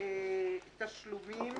תשלומים